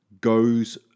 goes